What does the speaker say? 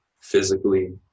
physically